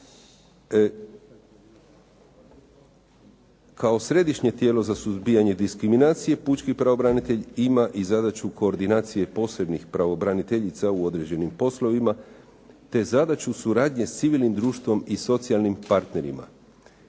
Kao središnje tijelo za suzbijanje diskriminacije pučki pravobranitelj ima i zadaću koordinacije posebnih pravobraniteljica u određenim poslovima te zadaću suradnje sa civilnim društvom i socijalnim partnerima.